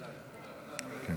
סלימאן,